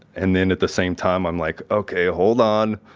and then at the same time i'm like, okay, hold on.